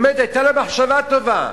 באמת היתה לה מחשבה טובה,